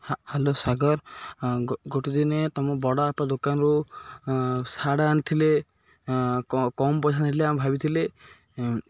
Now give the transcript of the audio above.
hello Sagar ଗୋଟେ ଦିନେ ତୁମ ବଡ଼ବାପା ଦୋକାନରୁ ସାର୍ଟ ଆଣିଥିଲେ କମ୍ ପଇସା ନେଲେ ଆମେ ଭାବିଥିଲେ